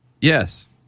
Yes